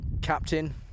Captain